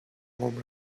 قوم